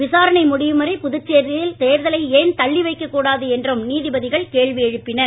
விசாரணை முடியும் வரை புதுச்சேரியில் தேர்தலை ஏன் தள்ளி வைக்க கூடாது என்றும் நீதிபதிகள் கேள்வி எழுப்பினர்